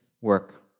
work